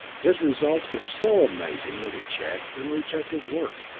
his results were so amazing that he checked and rechecked his work,